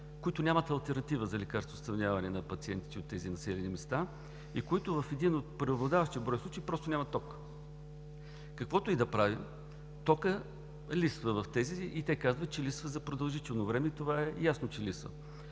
които нямат алтернатива за снабдяване с лекарства на пациентите от тези населени места, и които в един от преобладаващия брой случаи просто нямат ток. Каквото и да правим, токът липсва в тези аптеки и те казват, че липсва за продължително време – това е ясно, че липсва.